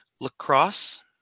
lacrosse